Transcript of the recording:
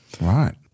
Right